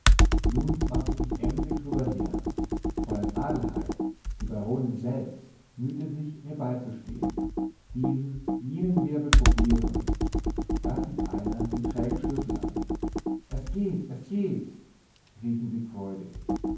nun machte ich mich emsig drüber her fräulein adelheid die baronin selbst mühte sich mir beizu stehen diesen jenen wirbel probierend da zieht einer den trägen schlüssel an es geht es geht riefen sie freudig